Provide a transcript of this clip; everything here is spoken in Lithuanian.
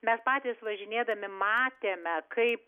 mes patys važinėdami matėme kaip